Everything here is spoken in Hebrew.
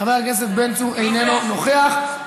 חבר הכנסת בן צור איננו נוכח,